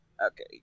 Okay